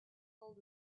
filled